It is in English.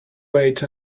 wait